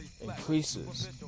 Increases